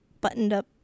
buttoned-up